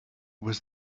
was